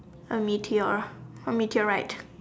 a meteor a meteor right